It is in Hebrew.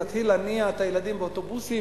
להתחיל להניע את הילדים באוטובוסים,